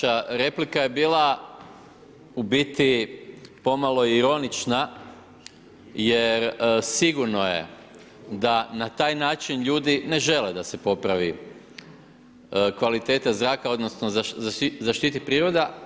Vaša replika je bila u biti pomalo ironična jer sigurno je da na taj način ljudi ne žele da se popravi kvaliteta zraka odnosno zaštiti priroda.